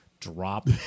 drop